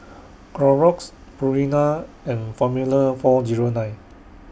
Clorox Purina and Formula four Zero nine